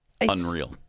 Unreal